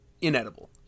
inedible